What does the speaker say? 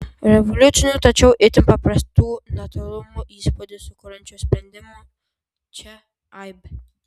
revoliucinių tačiau itin paprastų natūralumo įspūdį sukuriančių sprendimų čia aibė